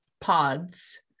pods